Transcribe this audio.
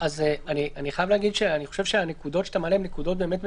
אני חושב שהנקודות שאתה מעלה הן באמת מצוינות,